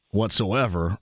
whatsoever